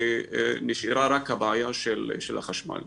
נשארה רק הבעיה של החשמל.